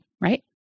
right